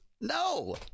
No